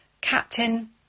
Captain